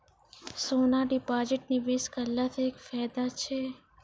सोना deposit निवेश करला से फैदा छै?